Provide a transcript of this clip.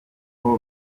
aho